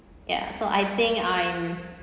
ya so I think I'm